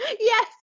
Yes